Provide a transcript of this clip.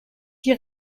die